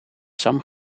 sam